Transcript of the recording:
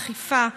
אכיפה,